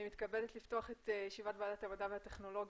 אני מתכבדת לפתוח את ישיבת ועדת המדע והטכנולוגיה,